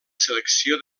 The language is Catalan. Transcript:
selecció